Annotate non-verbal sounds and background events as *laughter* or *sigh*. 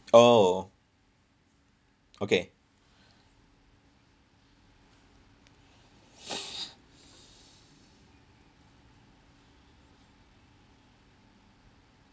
oh okay *noise*